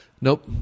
Nope